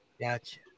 gotcha